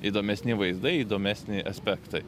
įdomesni vaizdai įdomesni aspektai